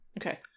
Okay